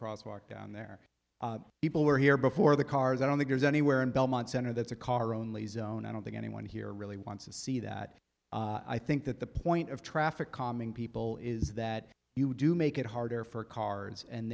crosswalk down there people were here before the cars i don't think there's anywhere in belmont center that's a car only zone i don't think anyone here really wants to see that i think that the point of traffic calming people is that you do make it harder for cars and